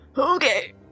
Okay